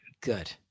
Good